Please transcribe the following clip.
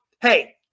hey